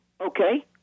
okay